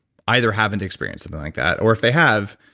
either haven't experienced something like that or if they have,